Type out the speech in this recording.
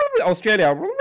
Australia